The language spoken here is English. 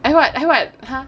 I what I what